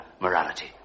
morality